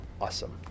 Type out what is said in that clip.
awesome